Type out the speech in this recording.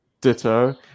Ditto